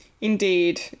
Indeed